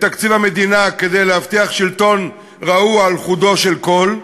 תקציב המדינה כדי להבטיח שלטון רעוע על חודו של קול,